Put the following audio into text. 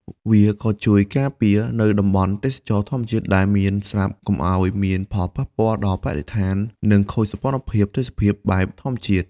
វាក៏ជួយការពារនៅតំបន់ទេសចរណ៍ធម្មជាតិដែលមានស្រាប់កុំឲ្យមានផលប៉ពាល់ដល់បរិស្ថាននិងខូចសោភ័ណភាពទេសភាពបែបធម្មជាតិ។